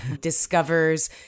discovers